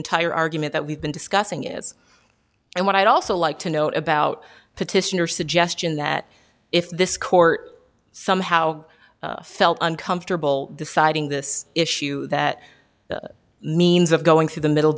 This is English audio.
entire argument that we've been discussing is and what i'd also like to note about petitioner suggestion that if this court somehow felt uncomfortable deciding this issue that means of going through the middle